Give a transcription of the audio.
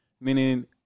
meaning